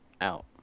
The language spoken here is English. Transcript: out